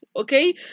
Okay